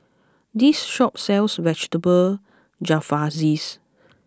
this shop sells Vegetable Jalfrezi